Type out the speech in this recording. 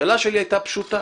השאלה שלי הייתה פשוטה: